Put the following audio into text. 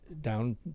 down